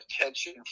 attention